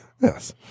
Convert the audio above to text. yes